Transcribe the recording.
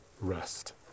rest